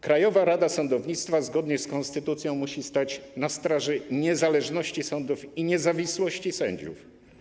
Krajowa Rada Sądownictwa zgodnie z konstytucją musi stać na straży niezależności sądów i niezawisłości sędziów.